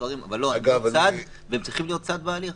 אבל לא הם צד והם צריכים להיות צד בהליך.